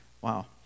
Wow